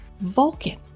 Vulcan